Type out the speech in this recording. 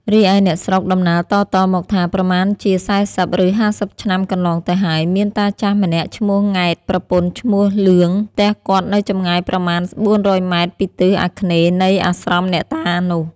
រីឯអ្នកស្រុកដំណាលតៗមកថា ប្រមាណជា ៤០ ឬ ៥០ ឆ្នាំកន្លងទៅហើយ មានតាចាស់ម្នាក់ឈ្មោះង៉ែត ប្រពន្ធ ឈ្មោះលឿង ផ្ទះគាត់នៅចម្ងាយប្រមាណ ៤០០ម ពីទិសអាគ្នេយ៍នៃអាស្រមអ្នកតានោះ ។